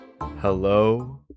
hello